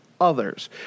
others